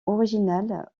original